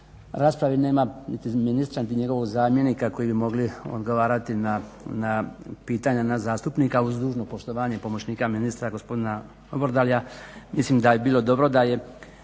raspravi nema ministra ni njegovog zamjenika koji bi mogli odgovarati na pitanja nas zastupnika. Uz dužno poštovanje pomoćnika ministra gospodina … mislim da bi bilo dobro da je